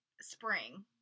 spring